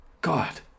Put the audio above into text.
God